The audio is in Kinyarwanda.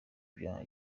bya